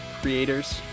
creators